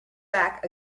back